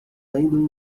lendo